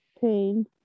pain